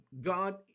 God